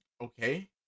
okay